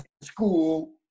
school